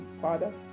Father